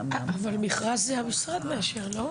אבל מכרז זה המשרד מאשר, לא?